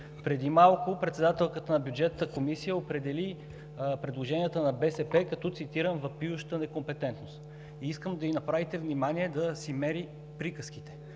Преди малко председателката на Бюджетната комисия определи предложенията на БСП като, цитирам: „въпиеща некомпетентност“. И искам да ѝ обърнете внимание да си мери приказките,